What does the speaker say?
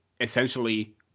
essentially